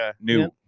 new